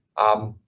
um,